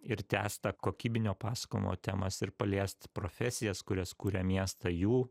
ir tęst tą kokybinio pasakojimo temas ir paliest profesijas kurias kuria miestai jų